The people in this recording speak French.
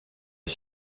est